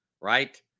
right